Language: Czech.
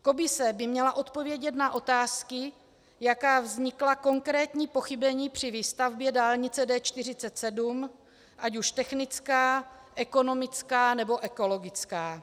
Komise by měla odpovědět na otázky, jaká vznikla konkrétní pochybení při výstavbě dálnice D47, ať už technická, ekonomická, nebo ekologická.